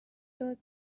داد